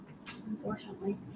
unfortunately